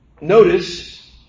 Notice